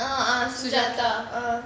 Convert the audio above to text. ah ah sujahta ah